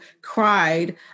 cried